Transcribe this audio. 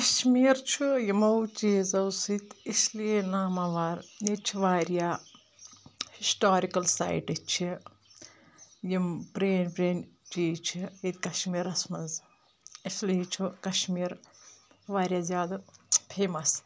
کشمیٖر چھُ یِمو چیٖزَو سۭتۍ اسلیے ناماوار ییٚتہِ چھِ واریاہ ہِسٹارِکَل سایٹٕز چھِ یِم پرٛٲنۍ پرٛٲنۍ چیٖز چھِ ییٚتہِ کشمیٖرَس منٛز اِسلیے چھُ کشمیٖر واریاہ زیادٕ فیمَس